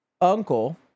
uncle